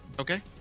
Okay